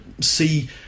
see